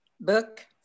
book